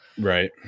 Right